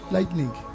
Lightning